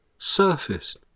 surfaced